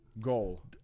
goal